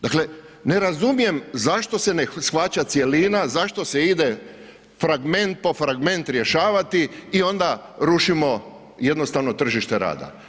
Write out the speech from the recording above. Dakle, ne razumijem zašto se ne shvaća cjelina, zašto se ide fragment po fragment rješavati i onda rušimo jednostavno tržište rada.